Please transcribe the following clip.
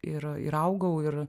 ir ir augau ir